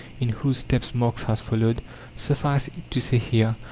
in whose footsteps marx has followed suffice it to say here,